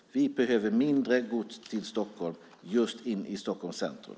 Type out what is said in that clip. Vi behöver mindre gods till Stockholm, speciellt in i Stockholms centrum.